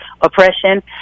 oppression